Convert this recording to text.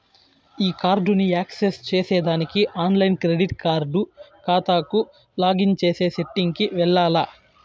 ఈ కార్డుని యాక్సెస్ చేసేదానికి ఆన్లైన్ క్రెడిట్ కార్డు కాతాకు లాగిన్ చేసే సెట్టింగ్ కి వెల్లాల్ల